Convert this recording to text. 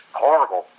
horrible